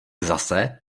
zase